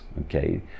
okay